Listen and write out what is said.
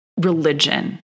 religion